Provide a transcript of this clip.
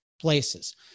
places